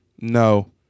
no